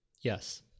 Yes